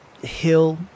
hill